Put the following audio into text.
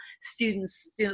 students